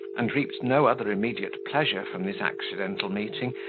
and reaped no other immediate pleasure from this accidental meeting,